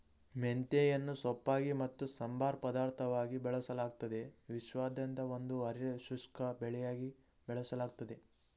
ಮೆಂತೆಯನ್ನು ಸೊಪ್ಪಾಗಿ ಮತ್ತು ಸಂಬಾರ ಪದಾರ್ಥವಾಗಿ ಬಳಸಲಾಗ್ತದೆ ವಿಶ್ವಾದ್ಯಂತ ಒಂದು ಅರೆ ಶುಷ್ಕ ಬೆಳೆಯಾಗಿ ಬೆಳೆಸಲಾಗ್ತದೆ